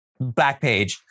Backpage